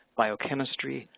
biochemistry,